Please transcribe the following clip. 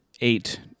eight